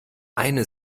eine